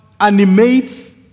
animates